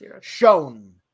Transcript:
shown